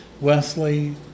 Wesley